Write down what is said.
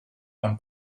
one